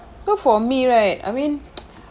good for me right I mean